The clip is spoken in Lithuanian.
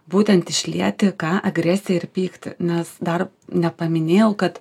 būtent išlieti ką agresiją ir pyktį nes dar nepaminėjau kad